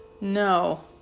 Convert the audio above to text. No